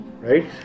right